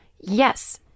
yes